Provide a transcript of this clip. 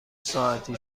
ساعتی